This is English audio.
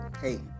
hey